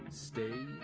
stay